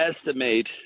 estimate